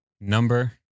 number